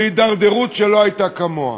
להידרדרות שלא הייתה כמוה.